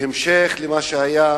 בהמשך למה שהיה,